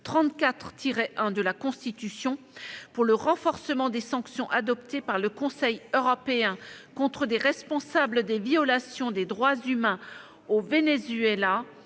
de résolution pour le renforcement des sanctions adoptées par le Conseil européen contre des responsables des violations des droits humains au Venezuela